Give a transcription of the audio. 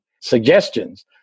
suggestions